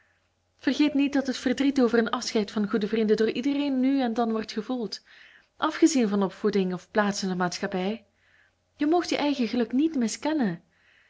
vergeet niet dat het verdriet over een afscheid van goede vrienden door iedereen nu en dan wordt gevoeld afgezien van opvoeding of plaats in de maatschappij je moogt je eigen geluk niet miskennen